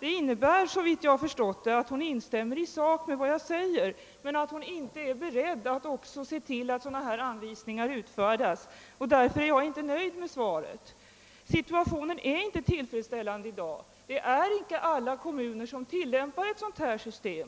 innebär, såvitt jag förstår, att hon i sak instämmer i vad jag säger men att hon inte är beredd att också se till att sådana här anvisningar utfärdas. Därför är jag inte nöjd med svaret. Situationen är i dag inte tillfredsställande. Alla kommuner tilllämpar inte ett sådant här system.